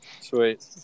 Sweet